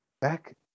back